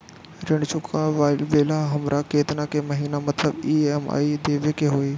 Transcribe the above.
ऋण चुकावेला हमरा केतना के महीना मतलब ई.एम.आई देवे के होई?